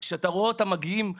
שאתה רואה אותם מגיעים אליו.